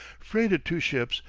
freighted two ships,